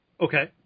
Okay